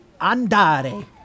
andare